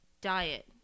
diet